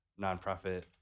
nonprofit